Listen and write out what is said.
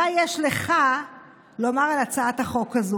מה יש לך לומר על הצעת החוק הזאת,